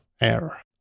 air